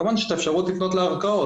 כמובן שיש האפשרות לפנות לערכאות.